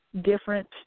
different